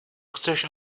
chceš